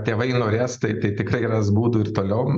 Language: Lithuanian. tėvai norės tai tai tikrai ras būdų ir toliau